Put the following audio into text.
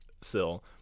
sill